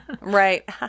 right